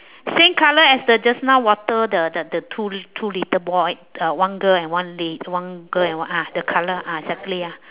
same colour as the just now water the the the two two little boy uh one girl and one lad~ one girl and one ah the colour ah exactly ah